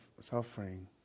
suffering